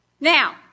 Now